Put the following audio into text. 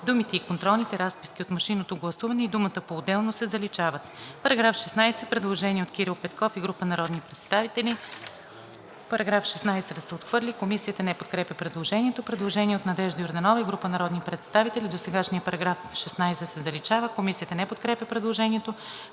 думите „и контролните разписки от машинното гласуване“ и думата „поотделно“ се заличават.“ По § 16 – предложение от Кирил Петков и група народни представители. „Параграф 16 да се отхвърли.“ Комисията не подкрепя предложението. Предложение от Надежда Йорданова и група народни представители: „Досегашният § 16 се заличава.“ Комисията не подкрепя предложението.